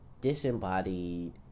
disembodied